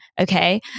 Okay